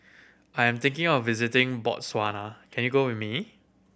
I am thinking of visiting Botswana can you go with me